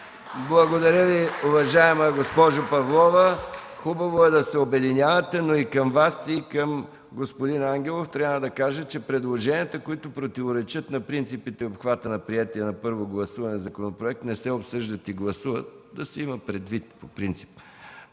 Благодаря Ви, уважаема госпожо Павлова. Хубаво е да се обединявате, но към Вас и към господин Ангелов, трябва да кажа, че предложенията, които противоречат на принципите и обхвата на приетия на първо гласуване законопроект, не се обсъждат и гласуват – да се има предвид по принцип.